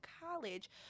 college